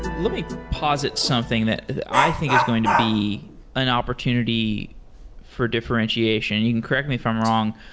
let me posit something that i think is going to be an opportunity for differentiation. you can correct me if i'm wrong.